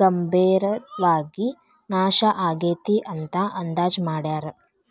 ಗಂಭೇರವಾಗಿ ನಾಶ ಆಗೇತಿ ಅಂತ ಅಂದಾಜ್ ಮಾಡ್ಯಾರ